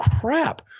crap